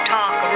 Talk